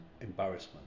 embarrassment